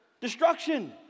Destruction